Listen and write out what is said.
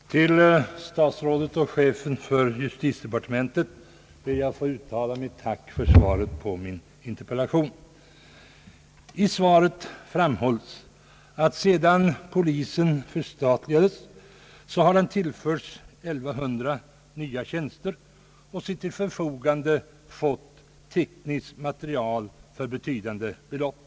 Herr talman! Till statsrådet och chefen för justitiedepartementet ber jag att få uttala mitt tack för svaret på min interpellation. I svaret framhålles att polisen, sedan den förstatligades, tillförts 1100 nya tjänster och till sitt förfogande fått teknisk materiel för betydande belopp.